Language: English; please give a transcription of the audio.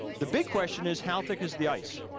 the big question is how thick is the ice?